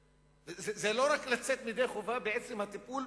זה לא רק לצאת ידי חובה בעצם הטיפול,